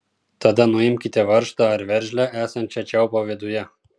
tada nuimkite varžtą ar veržlę esančią čiaupo viduje